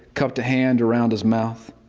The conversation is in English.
cupped a hand around his mouth.